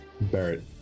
Barrett